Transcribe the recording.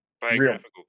biographical